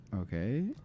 Okay